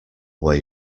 way